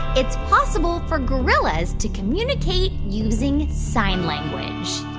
it's possible for gorillas to communicate using sign language?